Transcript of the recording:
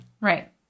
right